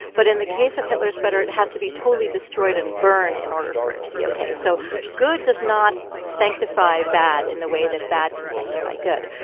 but in the case of hitler's sweater, it had to be totally destroyed and burned in order for it to be ok so good does not sanctify bad in the way that bad can sanctify good.